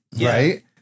right